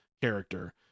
character